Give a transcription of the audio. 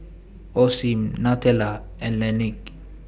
Osim Nutella and Laneige